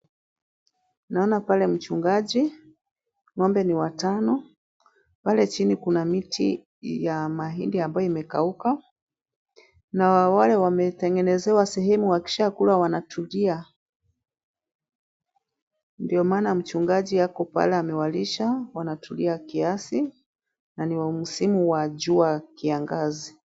Naona pale mchungaji. Ng'ombe ni watano. Pale chini kuna miti ya mahindi ambayo imekauka. Na wale wametengenezewa sehemu wa kisha kula wanatulia. Ndio maana mchungaji yako pale amewalisha wanatulia kiasi. Na ni wa msimu wa jua kiangazi.